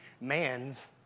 man's